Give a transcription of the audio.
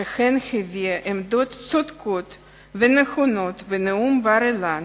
שהביע עמדות צודקות ונכונות בנאום בר-אילן